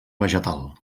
vegetal